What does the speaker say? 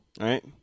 right